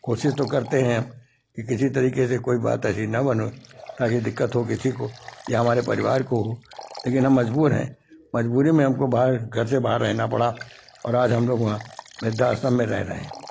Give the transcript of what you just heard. कोशिश तो करते हैं कि किसी तरीके से कोई बात ऐसी न बने ताकि दिक्कत हो किसी को या हमारे परिवार को लेकिन हम मजबूर है मजबूरी में हमको बाहर घर से बाहर रहना पड़ा और आज हम लोग वहाँ वृद्धाश्रम में रह रहे हैं